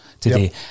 today